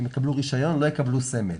לא יקבלו סמל.